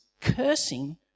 cursing